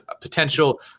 potential